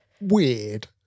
weird